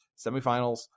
Semifinals